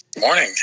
Morning